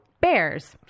Bears